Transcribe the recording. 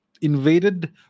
invaded